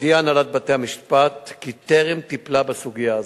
הודיעה הנהלת בתי-המשפט כי טרם טיפלה בסוגיה הזאת,